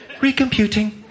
Recomputing